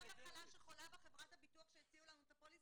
מחלה שחולה בה חברת הביטוח שהציעו לנו את הפוליסה.